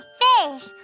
fish